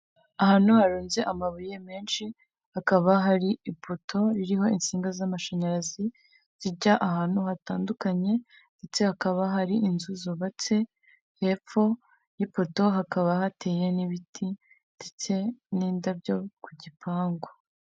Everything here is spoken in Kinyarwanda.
Ahantu harunze amabuye menshi, hakaba hari ipoto ririho insinga z'amashanyarazi zijya ahantu hatandukanye ndetse hakaba hari inzu zubatse, hepfo y'ipoto hakaba hateye n'ibiti ndetse n'indabyo ku gipangu.